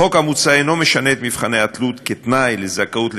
החוק המוצע אינו משנה את מבחני התלות כתנאי לזכאות לגמלה,